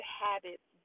habits